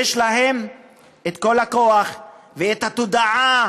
יש להם כל הכוח ואת התודעה